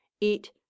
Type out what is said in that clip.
eat